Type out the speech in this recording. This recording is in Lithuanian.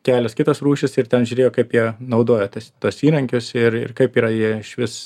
kelios kitos rūšys ir ten žiūrėjo kaip jie naudoja tas tuos įrankius ir ir kaip yra jie išvis